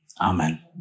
Amen